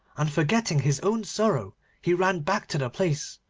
and forgetting his own sorrow he ran back to the place,